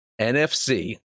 nfc